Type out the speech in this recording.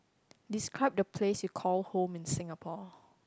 describe the place you call home in Singapore